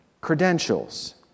credentials